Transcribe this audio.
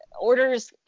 orders